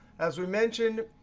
as we mentioned,